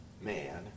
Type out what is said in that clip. man